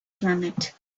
planet